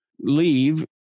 Leave